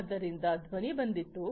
ಆದ್ದರಿಂದ ಧ್ವನಿ ಬಂದಿತು